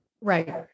Right